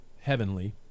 heavenly